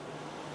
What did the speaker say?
ומטה,